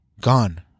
Gone